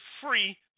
free